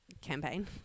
campaign